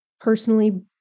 personally